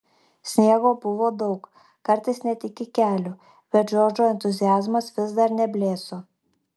sniego buvo daug kartais net iki kelių bet džordžo entuziazmas vis dar neblėso